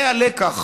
זה הלקח